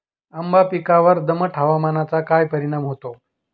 आंबा पिकावर दमट हवामानाचा काय परिणाम होतो?